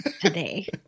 today